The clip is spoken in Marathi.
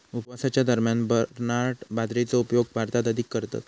उपवासाच्या दरम्यान बरनार्ड बाजरीचो उपयोग भारतात अधिक करतत